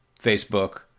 Facebook